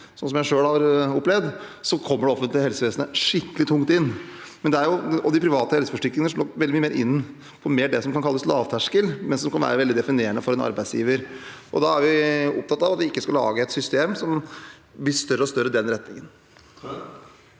Som jeg selv har opplevd, kommer det offentlige helsevesenet skikkelig tungt inn. De private helseforsikringene slår veldig mye mer inn på det som kan kalles lavterskel, men som kan være veldig definerende for en arbeidsgiver. Vi er opptatt av at vi ikke skal lage et system som går mer og mer i den retningen.